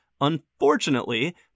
Unfortunately